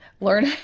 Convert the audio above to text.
learn